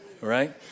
right